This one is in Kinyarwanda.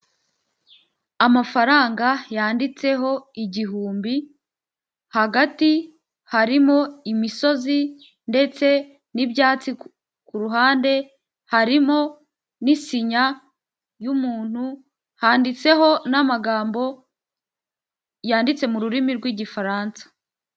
Amafaranga yanditseho igihumbi, hagati harimo imisozi ndetse n'ibyatsi ku ruhande harimo n'isinya y'umuntu handitseho n'amagambo yanditse mu rurimi rw'igifaransa.